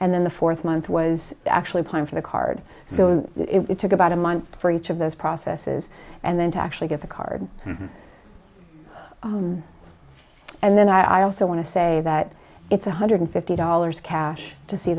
and then the fourth month was actually prime for the card so it took about a month for each of those processes and then to actually get the card and then i also want to say that it's one hundred fifty dollars cash to see